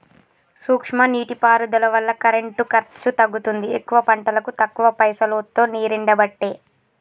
సూక్ష్మ నీటి పారుదల వల్ల కరెంటు ఖర్చు తగ్గుతుంది ఎక్కువ పంటలకు తక్కువ పైసలోతో నీరెండబట్టే